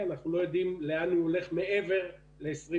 אנחנו לא יודעים לאן הוא הולך מעבר ל-2030,